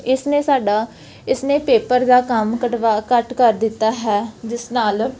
ਇਸ ਨੇ ਸਾਡਾ ਇਸਨੇ ਪੇਪਰ ਦਾ ਕੰਮ ਘੱਟਵਾ ਘੱਟ ਕਰ ਦਿੱਤਾ ਹੈ ਜਿਸ ਨਾਲ